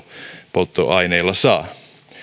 polttoaineilla saa